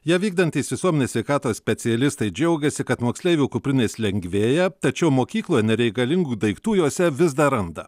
ją vykdantys visuomenės sveikatos specialistai džiaugiasi kad moksleivių kuprinės lengvėja tačiau mokykloj nereikalingų daiktų jose vis dar randa